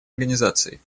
организацией